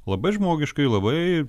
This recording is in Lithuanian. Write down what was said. labai žmogiškai labai